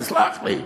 תסלח לי.